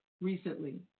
recently